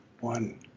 one